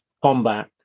Combat